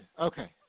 okay